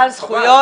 בעל זכויות,